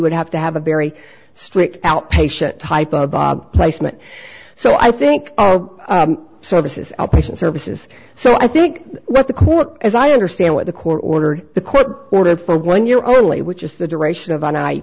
would have to have a very strict outpatient type of placement so i think services outpatient services so i think what the court as i understand what the court order the court ordered for one year only which is the duration of